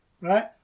right